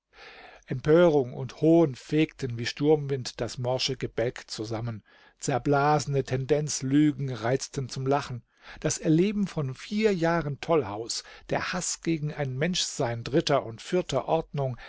empörung und hohn fegten wie sturmwind das morsche gebälk zusammen zerblasene tendenzlügen reizten zum lachen das erleben von vier jahren tollhaus der haß gegen ein menschsein dritter und vierter ordnung